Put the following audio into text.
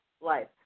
life